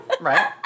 right